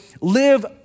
live